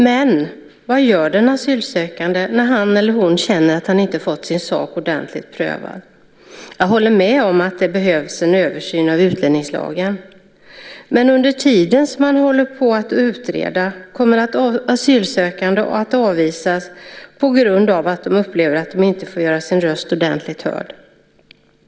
Men vad gör den asylsökande när han eller hon känner att han eller hon inte fått sin sak ordentligt prövad? Jag håller med om att det behövs en översyn av utlänningslagen. Men under tiden som man håller på att utreda kommer asylsökande att avvisas, och de upplever att de inte får göra sin röst ordentligt hörd.